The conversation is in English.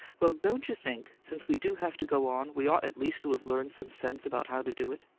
well, don't you think, since we do have to go on, we ought at least to have learned some sense about how to do it?